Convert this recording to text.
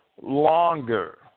longer